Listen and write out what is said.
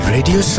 Radio